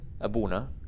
Abuna